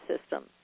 system